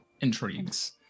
intrigues